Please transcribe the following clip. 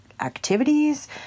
activities